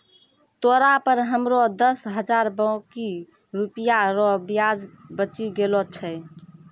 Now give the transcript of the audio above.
तोरा पर हमरो दस हजार बाकी रुपिया रो ब्याज बचि गेलो छय